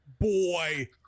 Boy